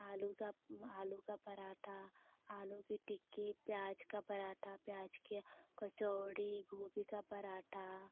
आलू का आलू का परांठा आलू की टिक्की प्याज का पराठा प्याज कर कचौड़ी गोभी का परांठा